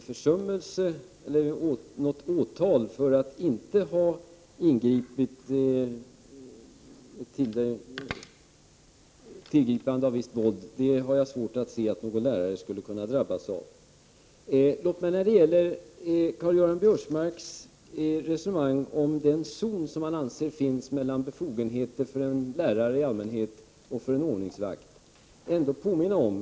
Fru talman! Något åtal för att inte ha ingripit och använt visst våld har jag svårt att se att någon lärare skulle kunna drabbas av. Karl-Göran Biörsmark anser att det finns en zon mellan befogenheter för en lärare och för en ordningsvakt.